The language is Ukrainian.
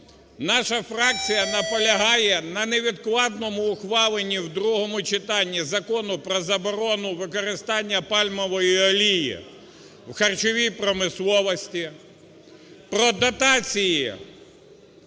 наша фракція наполягає на невідкладному ухваленні в другому читанні Закону про заборону використання пальмової олії в харчовій промисловості, про дотації